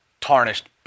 tarnished